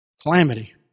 calamity